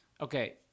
okay